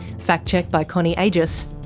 fact check by connie agius,